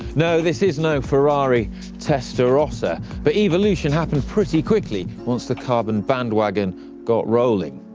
no, this is no ferrari testarossa, but evolution happened pretty quickly once the carbon bandwagon got rolling.